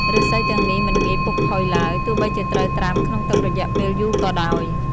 ឫស្សីទាំងនេះមិនងាយពុកផុយឡើយ ទោះបីជាត្រូវត្រាំក្នុងទឹករយៈពេលយូរក៏ដោយ។